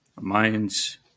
minds